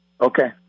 okay